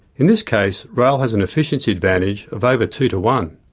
in this case, rail has an efficiency advantage of over two to one.